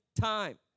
time